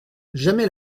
jamais